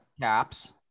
Caps